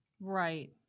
Right